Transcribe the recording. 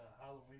Halloween